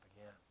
again